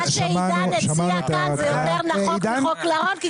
מה שעידן הציע כאן זה יותר נכון מחוק לרון.